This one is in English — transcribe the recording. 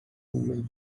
wait